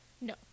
No